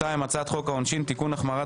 הצעת חוק העונשין (תיקון - החמרת